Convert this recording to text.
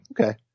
Okay